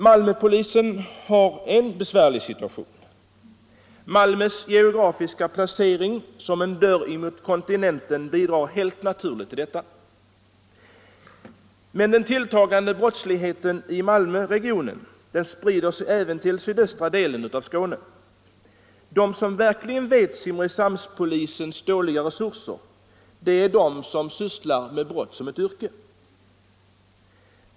Malmö har en besvärlig situation. Malmös geografiska placering som en dörr mot kontinenten bidrar helt naturligt till detta. Men den tilltagande brottsligheten i Malmöregionen sprider sig även till sydöstra delen av Skåne. De som verkligen vet om att Simrishamnspolisen har dåliga resurser, det är de som sysslar med brott som yrke.